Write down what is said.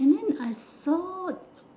and then I thought